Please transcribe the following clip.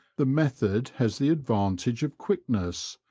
the method has the advantage of quickness,